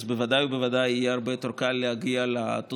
אז בוודאי ובוודאי יהיה הרבה יותר קל להגיע לתוצאות.